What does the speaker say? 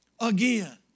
again